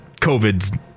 covid's